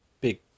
big